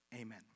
Amen